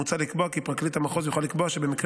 מוצע לקבוע כי פרקליט המחוז יוכל לקבוע שבמקרה